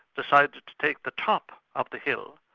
decided to to take the top of the hill,